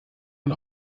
und